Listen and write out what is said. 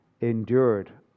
endured